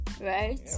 right